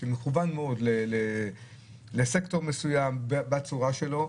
מכוון מאוד לסקטור מסוים בצורה שלו.